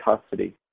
custody